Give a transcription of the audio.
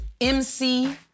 MC